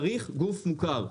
צריך גוף מוכר.